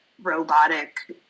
robotic